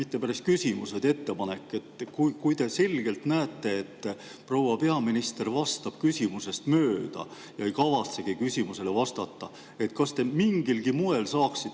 mitte päris küsimus, vaid ettepanek. Kui te selgelt näete, et proua peaminister vastab küsimusest mööda ja ei kavatsegi küsimusele vastata, kas te mingilgi moel saaksite